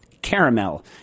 caramel